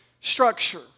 structure